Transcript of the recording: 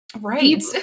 Right